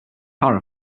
power